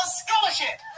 scholarship